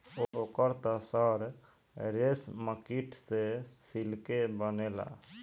ओकर त सर रेशमकीट से सिल्के बनेला